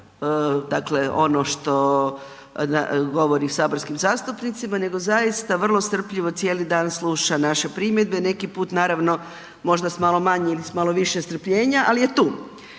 dakle ono što govori saborskim zastupnicima, nego zaista vrlo strpljivo cijeli dan sluša naše primjedbe, neki put naravno, možda s malo manje ili s malo više strpljenja, ali je tu,